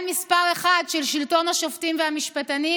מספר אחת של שלטון השופטים והמשפטנים.